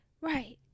Right